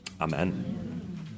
Amen